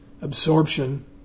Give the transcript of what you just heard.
absorption